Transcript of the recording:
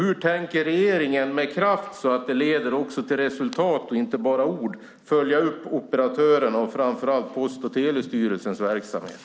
Hur tänker regeringen, med kraft så att det leder till resultat och inte bara är ord, följa upp operatörerna och framför allt Post och telestyrelsens verksamhet?